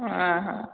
ହଁ ହଁ